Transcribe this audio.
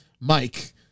Mike